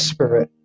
Spirit